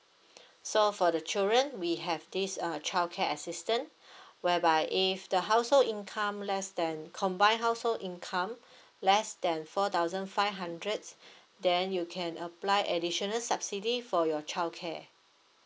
so for the children we have this uh childcare assistant whereby if the household income less than combine household income less than four thousand five hundreds then you can apply additional subsidy for your childcare